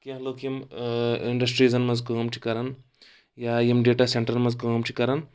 کینٛہہ لٕکھ یِم انڈسٹریٖزن منٛز کٲم چھِ کران یا یِم ڈیٹا سینٹرن منٛز کٲم چھِ کران